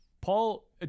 Paul